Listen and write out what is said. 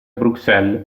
bruxelles